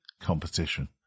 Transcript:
competition